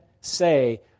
say